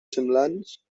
semblants